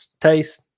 taste